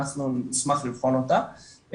אנחנו נשמח לבחון אותה,